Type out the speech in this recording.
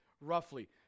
roughly